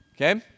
Okay